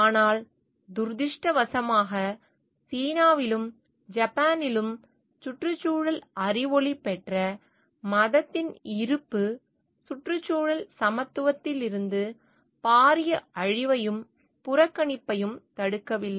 ஆனால் துரதிர்ஷ்டவசமாக சீனாவிலும் ஜப்பானிலும் சுற்றுச்சூழல் அறிவொளி பெற்ற மதத்தின் இருப்பு சுற்றுச்சூழல் சமத்துவத்திலிருந்து பாரிய அழிவையும் புறக்கணிப்பையும் தடுக்கவில்லை